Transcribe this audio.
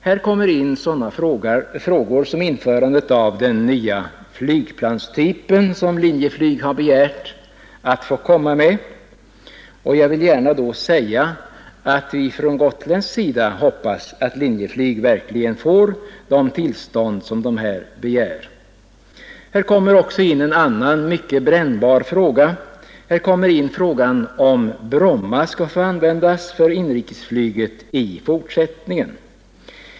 Det gäller t.ex. en sådan fråga som införandet av den nya flygplanstyp som Linjeflyg har begärt att få använda. Jag vill säga att vi från gotländskt håll verkligen hoppas att Linjeflyg får det begärda tillståndet. Här kommer också in en annan och mycket brännbar fråga, nämligen om Bromma i fortsättningen skall få användas för inrikesflyget.